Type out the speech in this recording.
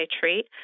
treat